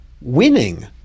winning